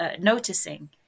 noticing